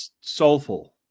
soulful